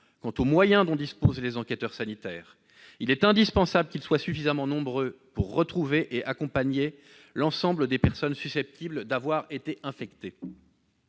quant aux moyens dont disposent les enquêteurs sanitaires. Il est indispensable qu'ils soient suffisamment nombreux pour retrouver et accompagner l'ensemble des personnes susceptibles d'avoir été infectées.